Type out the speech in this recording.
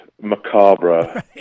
macabre